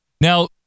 now